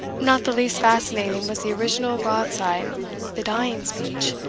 not the least fascinating was the original broadside the dying speech,